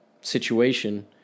situation